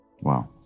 Wow